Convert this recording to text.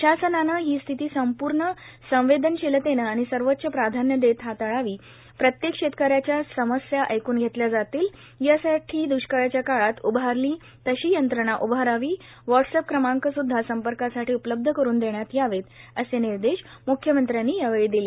प्रशासनानं ही स्थिती संपूर्ण संवेदनशीलतेनं आणि सर्वोच्च प्राधान्य देत हाताळावी प्रत्येक शेतकऱ्याची समस्या ऐकून घेतली जाईल यासाठी द्ष्काळाच्या काळात उभारली तशी यंत्रणा उभारावी व्हॉटसएप क्रमांक सुद्धा संपर्कासाठी उपलब्ध करून देण्यात यावेत असे निर्देश मुख्यमंत्र्यांनी यावेळी दिले